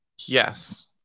Yes